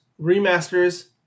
remasters